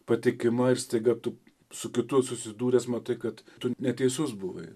patikima ir staiga tu su kitu susidūręs matai kad tu neteisus buvai